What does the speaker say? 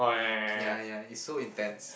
ya ya it's so intense